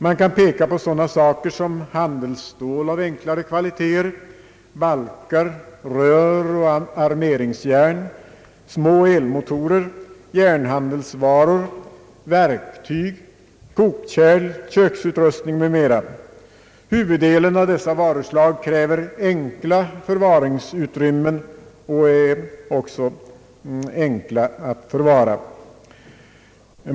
Man kan nämna sådana varor som handelsstål av enklare kvaliteter, balkar, rör och armeringsjärn, små elmotorer, järnhandelsvaror, verktyg, kokkärl, och köksutrustning. Huvuddelen av dessa varuslag kräver enkla förvaringsutrymmen, och de är också lätta att lagra.